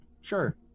Sure